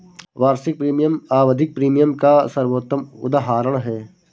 वार्षिक प्रीमियम आवधिक प्रीमियम का सर्वोत्तम उदहारण है